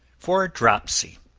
for dropsy.